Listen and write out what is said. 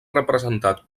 representat